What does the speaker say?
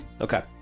Okay